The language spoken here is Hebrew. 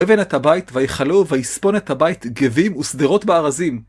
וייבן את הבית, ויכלוהו ויספון את הבית גבים ושדרות בארזים.